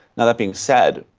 and that being said,